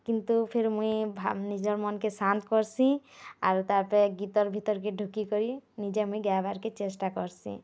କିନ୍ତୁ ଫିର୍ ମୁଇଁ ନିଜର୍ ମନ୍କେ ଶାନ୍ତ୍ କର୍ସିଁ ଆର୍ ତାପରେ ଗୀତର୍ ଭିତରକେ ଢ଼ୋକିକରି ନିଜେ ମୁଇଁ ଗାଏବାର୍କେ ଚେଷ୍ଟା କର୍ସିଁ